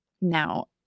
Now